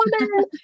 Woman